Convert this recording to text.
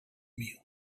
meal